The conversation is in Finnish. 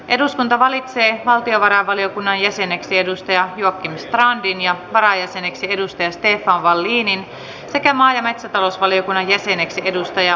eduskunta valitsi valtiovarainvaliokunnan jäseneksi edustaja joakim strandin ja varajäseneksi edustaja stefan wallinin sekä maa ja metsätalousvaliokunnan jäseneksi edustaja mats löfströmin